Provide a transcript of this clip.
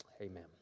Amen